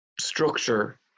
structure